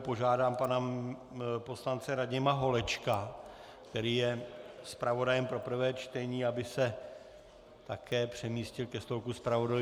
Požádám pana poslance Radima Holečka, který je zpravodajem pro prvé čtení, aby se také přemístil ke stolku zpravodajů.